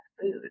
food